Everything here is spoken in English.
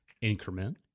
increment